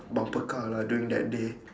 bumper car lah during that day